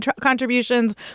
contributions